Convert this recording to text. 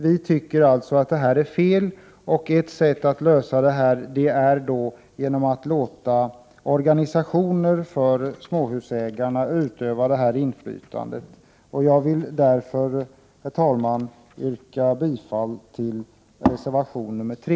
Vi anser att detta är fel, och ett sätt att komma till rätta med förhållandet är att låta organisationer för småhusägarna utöva detta inflytande. Herr talman! Jag yrkar härmed bifall till reservation nr 3.